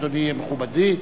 אדוני מכובדי,